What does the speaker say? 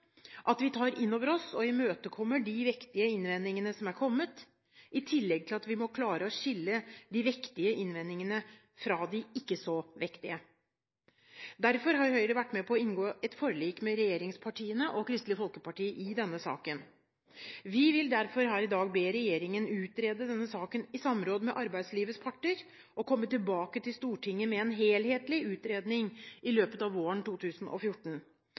at vi tar inn over oss og imøtekommer de vektige innvendingene som er kommet, i tillegg til at vi må klare å skille de vektige innvendingene fra de ikke så vektige. Derfor har Høyre vært med på å inngå et forlik med regjeringspartiene og Kristelig Folkeparti i denne saken. Vi vil derfor her i dag be regjeringen utrede denne saken i samråd med arbeidslivets parter, og komme tilbake til Stortinget med en helhetlig utredning i løpet av våren 2014.